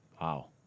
Wow